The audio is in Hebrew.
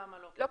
למה לא קיבלנו?